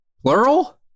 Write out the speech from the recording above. Plural